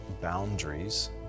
boundaries